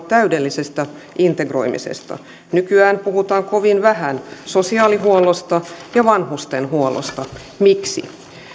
täydellisestä integroimisesta nykyään puhutaan kovin vähän sosiaalihuollosta ja vanhustenhuollosta miksi